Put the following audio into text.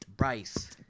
Bryce